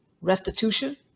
restitution